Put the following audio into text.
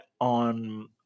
on